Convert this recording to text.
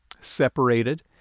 separated